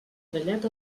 trellat